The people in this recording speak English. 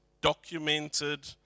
documented